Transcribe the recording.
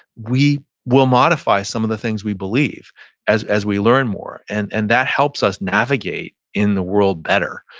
we will modify some of the things we believe as as we learn more. and and that helps us navigate in the world better.